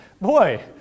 Boy